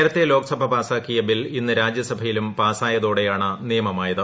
നേരത്തെ ലോക്സഭ പാസാക്കിയ ബിൽ ഇന്ന് രാജ്യസഭയിലും പാസായതോടെയാണ് നിയമമായുത്